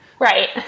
Right